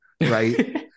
right